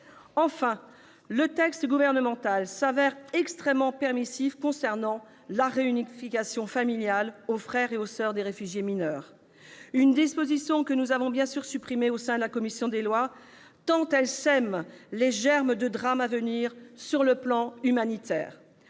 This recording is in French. Enfin, le texte gouvernemental s'avère extrêmement permissif en ce qui concerne la réunification familiale à l'égard des frères et soeurs des réfugiés mineurs. Une disposition que nous avons bien sûr supprimée au sein de la commission des lois, tant elle sème les germes de drames à venir sur le plan humanitaire